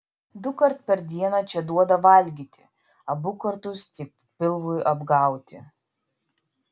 dukart per dieną čia duoda valgyti abu kartus tik pilvui apgauti